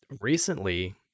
recently